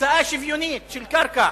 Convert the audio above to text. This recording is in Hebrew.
הקצאה שוויונית של קרקע